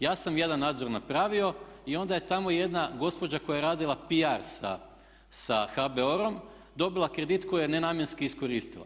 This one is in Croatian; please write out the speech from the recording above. Ja sam jedan nadzor napravio i onda je tamo jedna gospođa koja je radila PR sa HBOR-om dobila kredit koji je nenamjenski iskoristila.